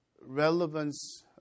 relevance